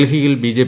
ഡൽഹിയിൽ ബിജെ